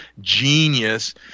genius